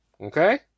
okay